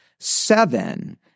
seven